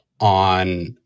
on